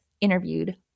interviewed